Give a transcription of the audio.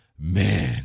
man